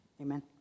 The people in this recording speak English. Amen